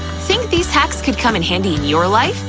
think these hacks could come in handy in your life?